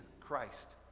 Christ